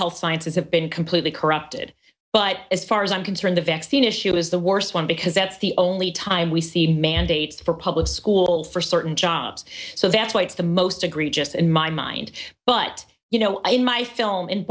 health sciences have been completely corrupted but as far as i'm concerned the vaccine issue is the worst one because that's the only time we see mandates for public schools for certain jobs so that's why it's the most egregious in my mind but you know i in my film